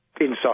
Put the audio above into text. Inside